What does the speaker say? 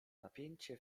napięcie